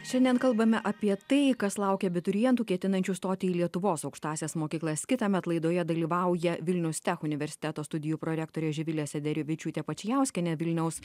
šiandien kalbame apie tai kas laukia abiturientų ketinančių stoti į lietuvos aukštąsias mokyklas kitąmet laidoje dalyvauja vilnius tech universiteto studijų prorektorė živilė sederevičiūtė pačiauskienė vilniaus